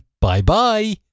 bye-bye